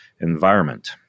environment